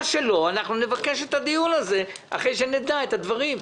מה שלא נבקש את הדיון הזה אחרי שנדע את הדברים.